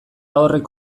horrek